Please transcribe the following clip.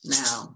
now